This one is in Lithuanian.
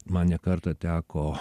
man ne kartą teko